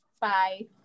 Bye